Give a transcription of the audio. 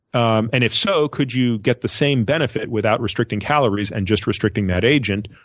um and if so could you get the same benefit without restricting calories and just restricting that agent,